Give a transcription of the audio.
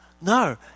No